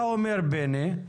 אתה אומר, בני,